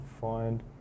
find